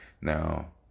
Now